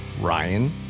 Ryan